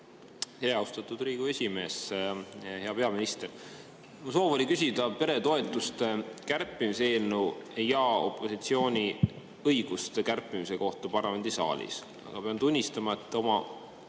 Austatud Riigikogu esimees! Hea peaminister! Soov oli küsida peretoetuste kärpimise eelnõu ja opositsiooni õiguste kärpimise kohta parlamendisaalis, aga pean tunnistama, et oma